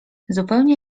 zupełnie